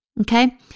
okay